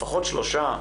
לפחות שלושה,